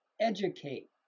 educate